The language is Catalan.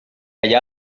allà